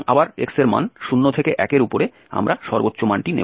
সুতরাং আবার x এর মান 0 থেকে 1 এর উপরে আমরা সর্বোচ্চ নেব